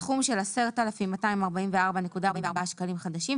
סכום של 10,224.44 שקלים חדשים,